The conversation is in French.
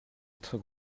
être